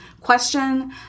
question